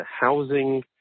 housing